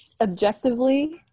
objectively